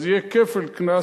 אז יכול להיות כפל קנס,